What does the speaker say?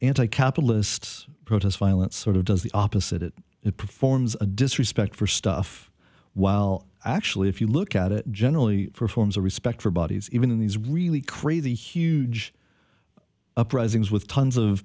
anti capitalists protests violence sort of does the opposite it it performs a disrespect for stuff while actually if you look at it generally performs a respect for bodies even in these really crazy huge uprisings with tons of